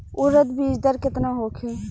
उरद बीज दर केतना होखे?